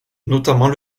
notamment